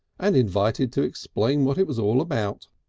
and invited to explain what it was all about.